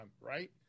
right